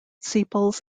sepals